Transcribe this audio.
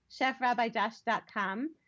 chefrabbijosh.com